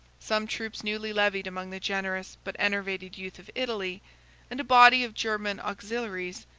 some troops newly levied among the generous but enervated youth of italy and a body of german auxiliaries,